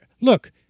Look